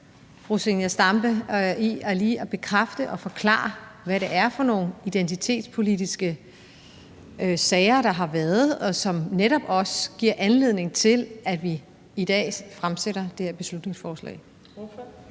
fru Zenia Stampe med lige at bekræfte og forklare, hvad det er for nogle identitetspolitiske sager, der har været, og som netop også giver anledning til, at vi i dag fremsætter det her beslutningsforslag?